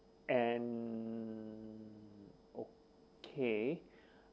and okay